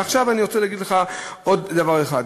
ועכשיו אני רוצה להגיד לך עוד דבר אחד.